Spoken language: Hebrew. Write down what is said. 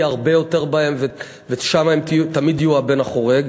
בהם הרבה יותר ושם הם תמיד יהיו הבן החורג.